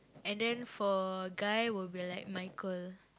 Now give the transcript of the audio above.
and then for guy would be like Michael